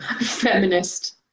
feminist